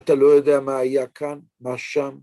‫אתה לא יודע מה היה כאן, מה שם.